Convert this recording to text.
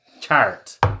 chart